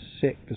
sick